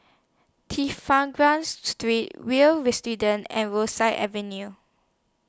Street Will's and Rosyth Avenue